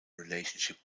relationship